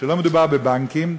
ולא מדובר בבנקים.